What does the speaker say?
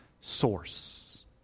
source